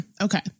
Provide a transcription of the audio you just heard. Okay